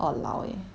!walao! eh